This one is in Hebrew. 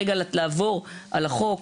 רגע לעבור על החוק,